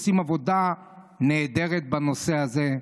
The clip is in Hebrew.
עושים עבודה נהדרת בנושא הזה,